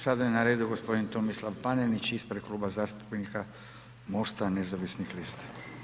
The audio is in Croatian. Sada je na redu gospodin Tomislav Panenić, ispred Kluba zastupnika MOST-a nezavisnih lista.